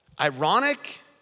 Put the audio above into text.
ironic